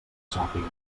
sàpiga